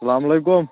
السلام علیکُم